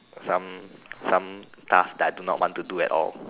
some some task that I do not want to do at all